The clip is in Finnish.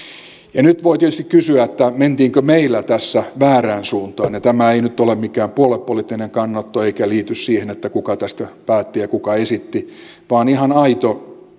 nyt voi tietysti kysyä mentiinkö meillä tässä väärään suuntaan tämä ei nyt ole mikään puoluepoliittinen kannanotto eikä liity siihen kuka tästä päätti ja kuka esitti vaan ihan aito